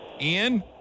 Ian